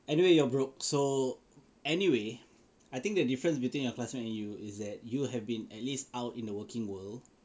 anyway you are broke so anyway I think the difference between your classmate and you is that you have been at least out in the working world